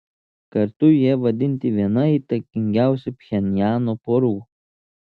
kartu jie vadinti viena įtakingiausių pchenjano porų